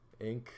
Inc